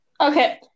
Okay